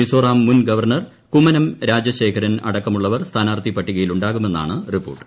മിസോറാം മുൻ ഗവർണർ കുമ്മനം രാജശേഖരൻ അടക്കമുള്ളവർ സ്ഥാനാർത്ഥി പട്ടികയിൽ ഉണ്ടാകുമെന്നാണ് റിപ്പോർട്ട്